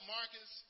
Marcus